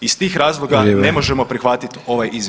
Iz tih razloga ne možemo [[Upadica: Vrijeme.]] prihvatit ovaj